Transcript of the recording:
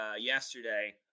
yesterday